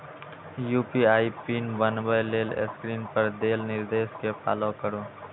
UPI PIN बनबै लेल screen पर देल निर्देश कें फॉलो करू